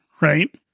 right